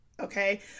Okay